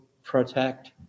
Protect